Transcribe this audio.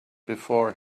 before